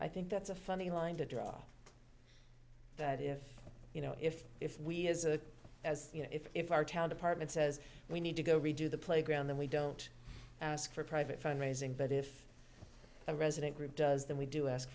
i think that's a funny line to draw that if you know if if we as a as you know if our town department says we need to go redo the playground then we don't ask for private fund raising but if a resident group does then we do ask